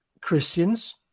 Christians